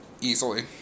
easily